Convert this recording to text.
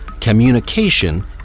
Communication